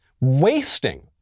wasting